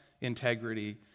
integrity